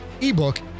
ebook